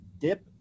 dip